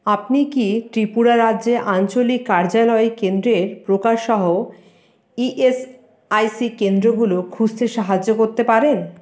আপনি কি ত্রিপুরা রাজ্যে আঞ্চলিক কার্যালয় কেন্দ্রের প্রকার সহ ই এস আই সি কেন্দ্রগুলো খুঁজতে সাহায্য করতে পারেন